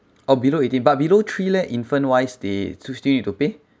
oh below eighteen but below three leh infant-wise they still need to pay